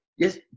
Yes